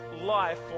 life